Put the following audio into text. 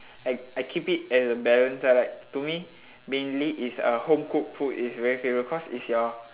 I I keep it as a balance lah like to me mainly is uh home cooked food is very favourite cause it's your